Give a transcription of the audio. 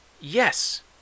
yes